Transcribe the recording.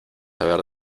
haber